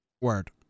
Word